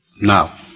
Now